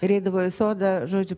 ir eidavo į sodą žodžiu